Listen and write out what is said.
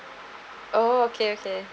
oh okay okay